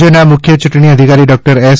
રાજ્યના મુખ્ય યૂંટણી અધિકારી ડોક્ટર એસ